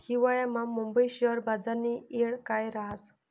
हिवायामा मुंबई शेयर बजारनी येळ काय राहस